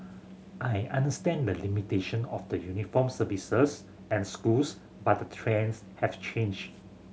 I understand the limitation of the uniformed services and schools but the trends have changed